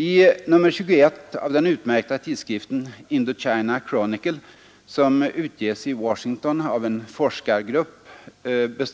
I nr 21 av den utmärkta tidskriften Indochina Chronicle, som utges i Washington av en forskargrupp be